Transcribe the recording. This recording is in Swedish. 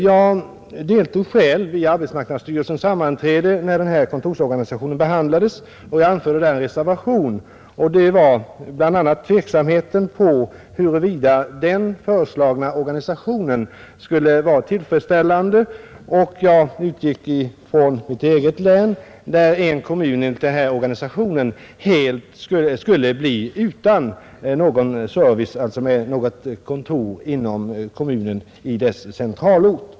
Jag deltog själv i arbetsmarknadsstyrelsens sammanträde när förslaget om denna kontorsorganisation behandlades, och jag anförde därvid en reservation, som bl.a. gällde tveksamheten huruvida den föreslagna organisationen skulle vara tillfredsställande. Jag utgick från mitt eget län, där en kommun enligt denna organisation helt skulle bli utan service, alltså utan något kontor inom kommunen och dess centralort.